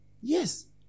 Yes